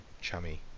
chummy